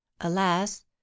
alas